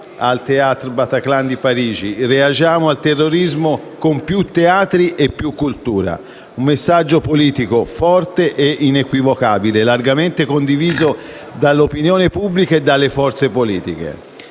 al Théâtre Bataclan di Parigi: «Reagiamo al terrorismo con più teatri e più cultura», un messaggio politico forte e inequivocabile, largamente condiviso dall'opinione pubblica e dalle forze politiche.